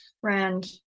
friend